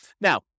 Now